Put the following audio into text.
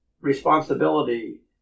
responsibility